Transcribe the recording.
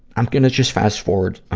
i'm gonna just fast forward, ah,